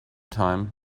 time